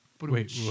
Wait